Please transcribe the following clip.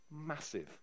massive